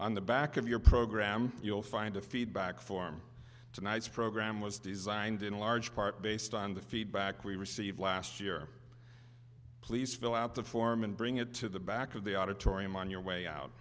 on the back of your program you'll find a feedback form tonight's program was designed in large part based on the feedback we received last year please fill out the form and bring it to the back of the auditorium on your way out